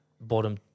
bottom